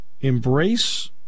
embrace